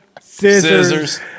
scissors